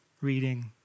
reading